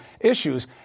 issues